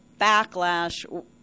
backlash